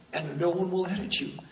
and no one will edit you.